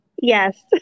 Yes